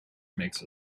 makes